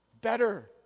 Better